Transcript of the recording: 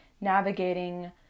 navigating